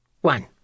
one